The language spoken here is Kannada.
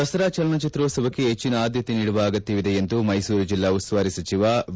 ದಸರಾ ಚಲನಚಿತ್ರೋತ್ಸವಕ್ಕೆ ಹೆಚ್ಚಿನ ಆದ್ದತೆ ನೀಡುವ ಅಗತ್ಯವಿದೆ ಎಂದು ಮೈಸೂರು ಜಿಲ್ಲಾ ಉಸ್ತುವಾರಿ ಸಚಿವ ವಿ